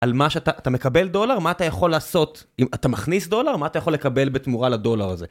על מה שאתה... אתה מקבל דולר? מה אתה יכול לעשות? אם אתה מכניס דולר, מה אתה יכול לקבל בתמורה לדולר הזה?